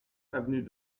avenue